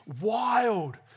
wild